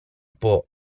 può